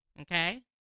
okay